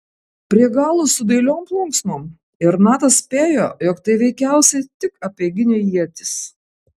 prie galo su dailiom plunksnom ir natas spėjo jog tai veikiausiai tik apeiginė ietis